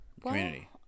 Community